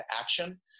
action